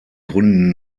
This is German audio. gründen